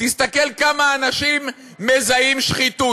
תסתכל כמה אנשים מזהים שחיתות.